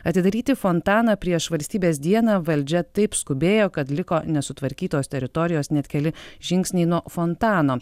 atidaryti fontaną prieš valstybės dieną valdžia taip skubėjo kad liko nesutvarkytos teritorijos net keli žingsniai nuo fontano